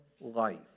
life